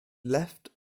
left